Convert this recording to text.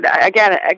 Again